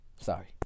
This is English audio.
Sorry